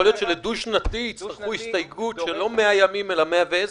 יכול להיות שלדו-שנתי יצטרכו הסתייגות שלא 100 ימים אלא 110,